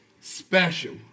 special